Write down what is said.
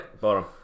bottom